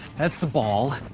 that's the ball.